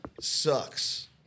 sucks